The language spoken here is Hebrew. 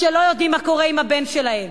כשהם לא יודעים מה קורה עם הבן שלהם?